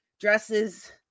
dresses